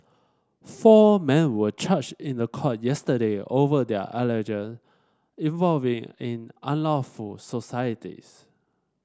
four men were charged in the court yesterday over their alleged involving in unlawful societies